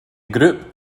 group